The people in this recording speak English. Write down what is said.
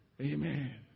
Amen